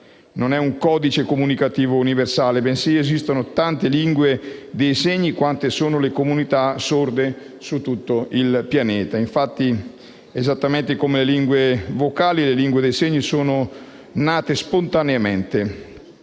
non è un codice comunicativo universale, bensì esistono tante lingue dei segni quante sono le comunità sorde su tutto il pianeta, che - esattamente come le lingue vocali - sono nate spontaneamente.